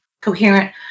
coherent